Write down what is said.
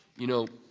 you know,